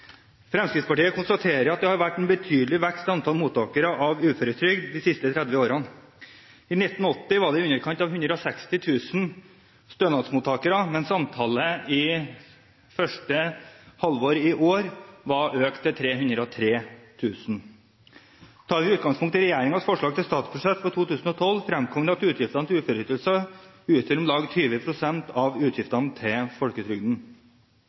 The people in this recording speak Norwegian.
Fremskrittspartiet konstaterer at det har vært en betydelig vekst i antall mottakere av uføretrygd de siste 30 årene. I 1980 var det i underkant av 160 000 stønadsmottakere, mens antallet i første halvår i år var økt til 303 000. Tar vi utgangspunkt i regjeringens forslag til statsbudsjett for 2012, fremkommer det at utgiftene til uføreytelser utgjør om lag 20 pst. av utgiftene til folketrygden.